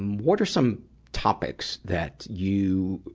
um what are some topics that you,